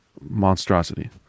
Monstrosity